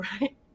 Right